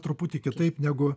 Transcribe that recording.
truputį kitaip negu